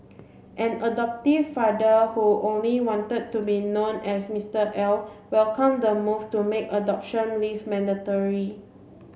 an adoptive father who only wanted to be known as Mister L welcomed the move to make adoption leave mandatory